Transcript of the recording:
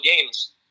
games